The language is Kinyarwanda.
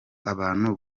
abantu